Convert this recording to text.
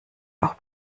auch